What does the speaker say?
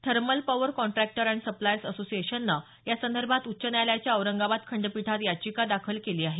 thermal power contractor and suppliers असोसिएशननं यासंदर्भात उच्च न्यायालयाच्या औरंगाबाद खंडपीठात याचिका दाखल केली आहे